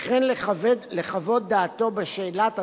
וכן לחוות דעתו בשאלת הצורך,